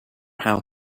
how